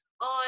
on